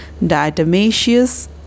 diatomaceous